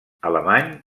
alemany